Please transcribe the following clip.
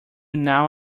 now